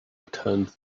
returned